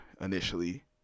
initially